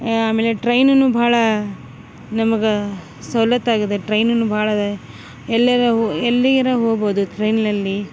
ಆಮೇಲೆ ಟ್ರೈನುನು ಭಾಳ ನಮಗೆ ಸವಲತ್ತಾಗಿದೆ ಟ್ರೈನುನು ಭಾಳದೆ ಎಲ್ಲ್ಯಾರ ಹೋ ಎಲ್ಲಿಗಾರ ಹೋಗ್ಬೋದು ಟ್ರೈನ್ನಲ್ಲಿ